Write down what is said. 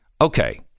Okay